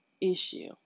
issue